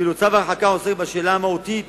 ואילו צו ההרחקה עוסק בשאלה המהותית